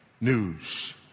news